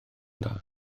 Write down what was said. dda